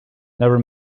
never